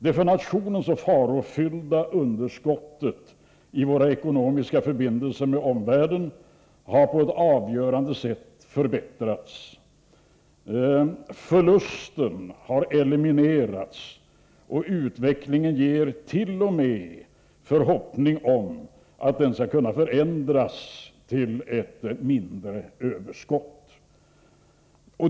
Det för nationen så farofyllda underskottet i våra ekonomiska förbindelser med omvärlden har på ett avgörande sätt förbättrats. Förlusten har eliminerats, och utvecklingen ger t.o.m. förhoppning om att den skall förändras till ett mindre överskott.